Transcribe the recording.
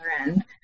end